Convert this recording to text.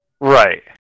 Right